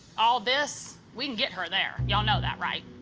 all this we can get her there. y'all know that, right?